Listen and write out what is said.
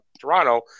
Toronto